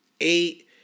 eight